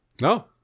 No